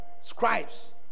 scribes